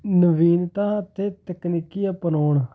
ਨਵੀਨਤਾ ਅਤੇ ਤਕਨੀਕੀ ਅਪਨਾਉਣ